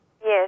Yes